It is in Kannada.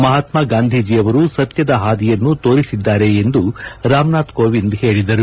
ಮಹಾತ್ಮ ಗಾಂಧೀಜಿಯವರು ಸತ್ಕದ ಪಾದಿಯನ್ನು ತೋರಿಸಿದ್ದಾರೆ ಎಂದು ರಾಮನಾಥ್ ಕೋವಿಂದ್ ಹೇಳಿದರು